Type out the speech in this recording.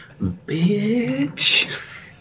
bitch